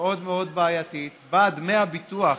מאוד מאוד בעייתית שבה דמי הביטוח